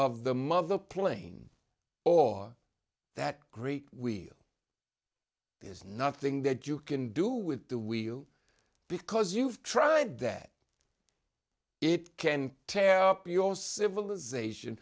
of the mother the plane or that great we there's nothing that you can do with the wheel because you've tried that it can tear up your civilization